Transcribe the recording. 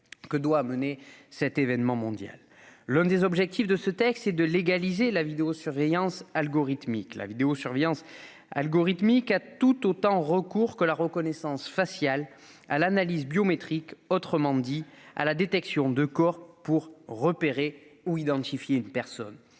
que doit amener cet événement mondial. L'un des objectifs de ce texte est de légaliser la vidéosurveillance algorithmique. Or celle-ci a tout autant recours que la reconnaissance faciale à l'analyse biométrique, autrement dit à la détection de corps pour repérer ou identifier une personne.